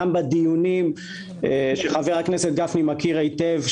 גם בדיונים שחבר הכנסת גפני מכיר היטב,